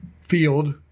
field